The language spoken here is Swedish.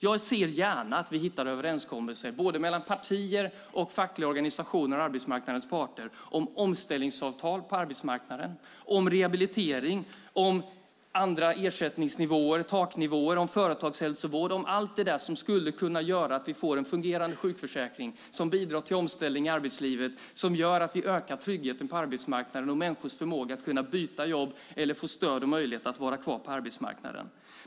Jag ser gärna att vi hittar överenskommelser mellan både partier, fackliga organisationer och arbetsmarknadens parter om omställningsavtal på arbetsmarknaden, om rehabilitering, om andra ersättningsnivåer, taknivåer, företagshälsovård och om allt det som skulle kunna göra att vi får en fungerande sjukförsäkring som bidrar till omställning i arbetslivet, gör att vi ökar tryggheten på arbetsmarknaden och människors förmåga att byta jobb eller få stöd och möjlighet att vara kvar på arbetsmarknaden.